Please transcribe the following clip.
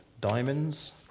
Diamonds